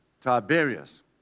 Tiberius